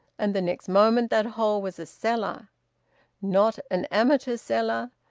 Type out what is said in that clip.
and the next moment that hole was a cellar not an amateur cellar,